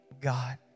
God